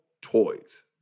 toys